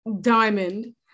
Diamond